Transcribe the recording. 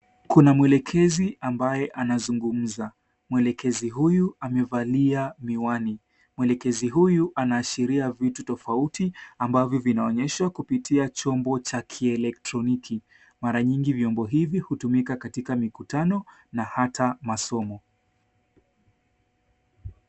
Kuna mwelekezi ambaye anazungumza. Mwelekezi huyu amevalia miwani. Mwelekezi huyu anaashiria vitu tofauti ambavyo vinaonyeshwa kupitia chombo cha kieletroniki. Mara nyingi vyombo hivi hutumika katika mikutano na hata masomo.